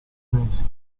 mesi